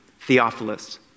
Theophilus